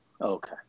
Okay